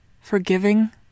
forgiving